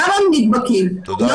שם הם נדבקים, לא